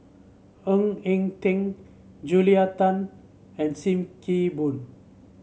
Ng Eng Teng Julia Tan and Sim Kee Boon